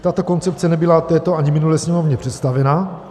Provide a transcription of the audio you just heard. Tato koncepce nebyla této ani minulé Sněmovně představena.